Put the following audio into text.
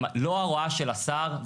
אם לא ההוראה של השר,